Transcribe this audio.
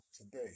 today